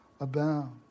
abound